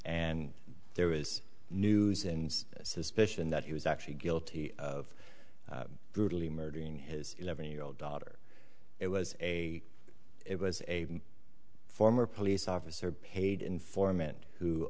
and there was news and suspicion that he was actually guilty of brutally murdering his eleven year old daughter it was a it was a former police officer paid informant who